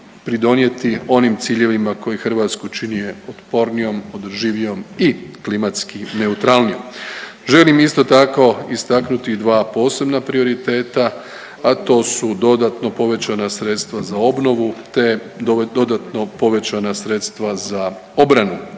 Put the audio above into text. pridonijeti onim ciljevima koji Hrvatsku čine otpornijom, održivijom i klimatski neutralnijom. Želim isto tako istaknuti dva posebna prioriteta, a to su dodatno povećana sredstva za obnovu te dodatno povećana sredstva za obranu,